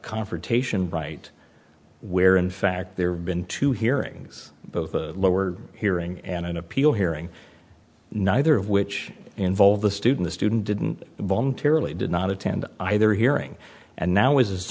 confrontation right where in fact there have been two hearings both a lower hearing and an appeal hearing neither of which involve the student a student didn't volunteer really did not attend either hearing and now is